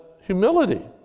humility